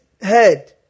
head